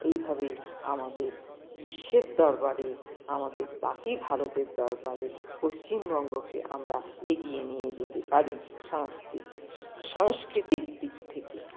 এইভাবেই আমাদের বিশ্বের দরবারে আমাদের বাকি ভারতের দরবারে পশ্চিমবঙ্গকে আমরা এগিয়ে নিয়ে যেতে পারি সাংস্কৃতিক দিক থেকে